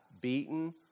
beaten